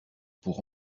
pour